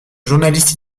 journaliste